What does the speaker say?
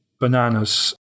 bananas